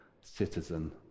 citizen